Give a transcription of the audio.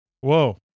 Whoa